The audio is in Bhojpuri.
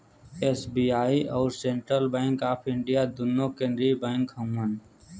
एस.बी.आई अउर सेन्ट्रल बैंक आफ इंडिया दुन्नो केन्द्रिय बैंक हउअन